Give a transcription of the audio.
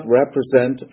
represent